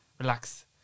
Relax